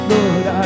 Lord